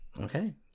Okay